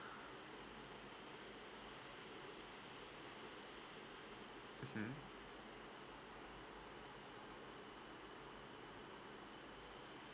mmhmm